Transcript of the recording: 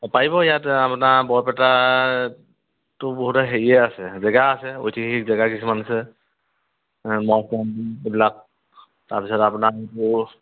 পাৰিব ইয়াত আপোনাৰ বৰপেটাতটো বহুতৰ হেৰিয়ে আছে জেগা আছে ঐতিহাসিক জেগা কিছুমান আছে এইবিলাক তাৰপিছত আপোনাৰ